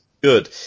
good